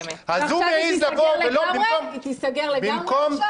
אז הוא מעז לבוא ובמקום --- ועכשיו היא תיסגר לגמרי?